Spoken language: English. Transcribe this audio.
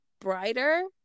brighter